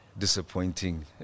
Disappointing